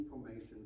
information